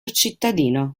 cittadino